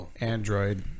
android